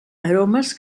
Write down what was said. aromes